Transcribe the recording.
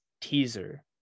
Teaser